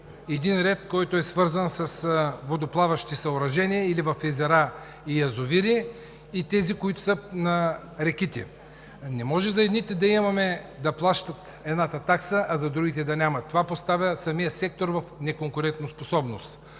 един ред, който е свързан с водоплаващи съоръжения или в езера и язовири, и тези, които са на реките. Не може едните да плащат едната такса, а за другите да няма. Това поставя самия сектор в неконкурентоспособност.